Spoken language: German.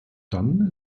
dann